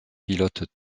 pilotes